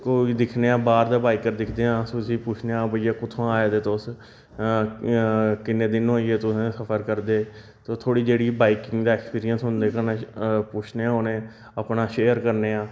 कोई दिक्खने आं बाह्र दा बाइकर दिखदे आं अस उसी पुच्छने आं भैया कुत्थुआं आए दे तुस किन्ने दिन होई गए तुसें गी सफर करदे तुस थोह्ड़ी जेह्ड़ी बाइकिंग दा एक्सपीरियंस ऐ उं'दे कन्नै पुच्छने आं उ'नें अपना शेयर करने आं